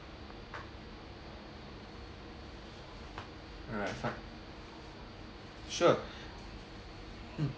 alright sure mm